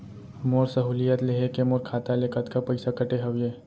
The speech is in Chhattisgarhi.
मोर सहुलियत लेहे के मोर खाता ले कतका पइसा कटे हवये?